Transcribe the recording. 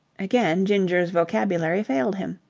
again ginger's vocabulary failed him.